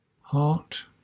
heart